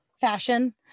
fashion